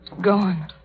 gone